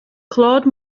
claude